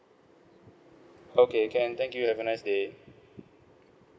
okay can thank you have a nice day